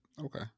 Okay